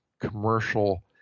commercial